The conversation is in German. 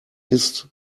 ist